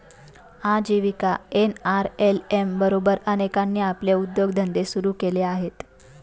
आजीविका एन.आर.एल.एम बरोबर अनेकांनी आपले उद्योगधंदे सुरू केले आहेत